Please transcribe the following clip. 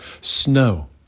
snow